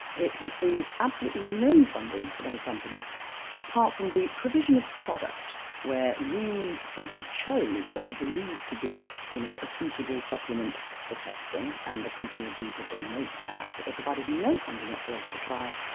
it received absolutely no funding from any companies apart from the provision of product where we simply chose what we believed to be you know a suitable supplement for testing and the company agreed to donate that but they provided no funding whatsoever for the trial.